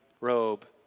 robe